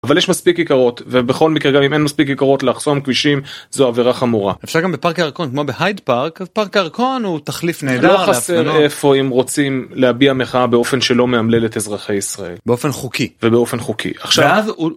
אבל יש מספיק כיכרות. ובכל מקרה גם אם אין מספיק כיכרות לחסום כבישים זו עבירה חמורה. אפשר גם בפארק הירקון כמו בהייד פארק, פארק הירקון הוא תחליף נהדר. לא חסר איפה אם רוצים להביע מחאה באופן שלא מאמלל את אזרחי ישראל. באופן חוקי. ובאופן חוקי. עכשיו.